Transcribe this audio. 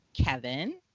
Kevin